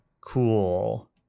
Cool